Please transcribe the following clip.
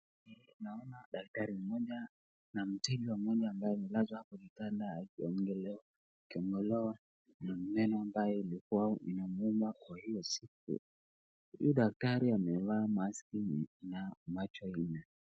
Naona daktari mmoja na mteja amelazwa kwa kitanda akingolewa meno ambayo ilikua imemuuma kwa hiyo siku huyu daktari amevaa maski .